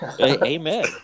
Amen